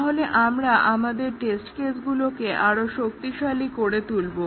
তাহলে আমরা আমাদের টেস্ট কেসগুলোকে আরও শক্তিশালী করে তুলবো